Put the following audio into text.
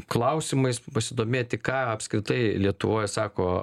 klausimais pasidomėti ką apskritai lietuvoje sako